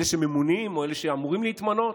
אלה שממונים או אלה שאמורים להתמנות,